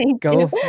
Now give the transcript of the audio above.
Go